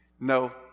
No